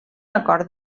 acord